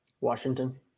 Washington